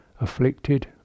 afflicted